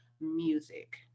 Music